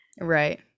right